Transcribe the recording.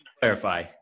clarify